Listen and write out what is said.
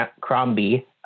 Crombie